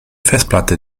festplatte